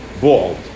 bald